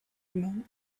man